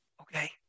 Okay